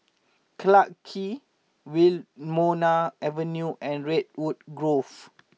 Clarke Quay Wilmonar Avenue and Redwood Grove